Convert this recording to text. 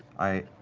i